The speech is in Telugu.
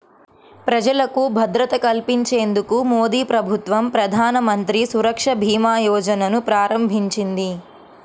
ప్రజలకు భద్రత కల్పించేందుకు మోదీప్రభుత్వం ప్రధానమంత్రి సురక్షభీమాయోజనను ప్రారంభించింది